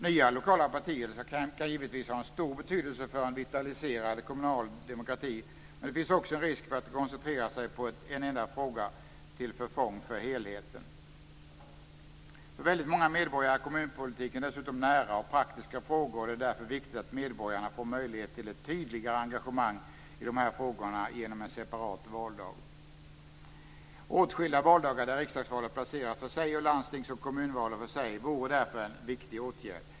Nya lokala partier kan ha en stor betydelse för en vitaliserad kommunal demokrati, men det finns en risk för att de koncentrerar sig på en enda fråga till förfång för helheten. För väldigt många medborgare är kommunpolitiken dessutom nära och praktiska frågor, och det är därför viktigt att medborgarna får möjlighet till ett tydligare engagemang i dessa frågor genom en separat valdag. Åtskilda valdagar där riksdagsvalet placeras för sig och landstings och kommunvalen för sig vore därför en viktig åtgärd.